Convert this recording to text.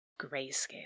Grayscale